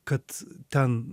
kad ten